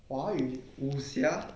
华语武侠